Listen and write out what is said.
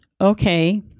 okay